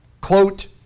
quote